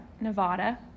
Nevada